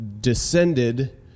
descended